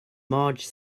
marge